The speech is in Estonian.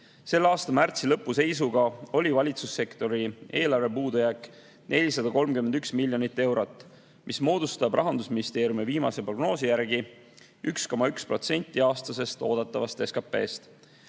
Selle aasta märtsi lõpu seisuga oli valitsussektori eelarve puudujääk 431 miljonit eurot. See moodustab Rahandusministeeriumi viimase prognoosi järgi 1,1% aastasest oodatavast SKT-st.